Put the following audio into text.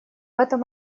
этом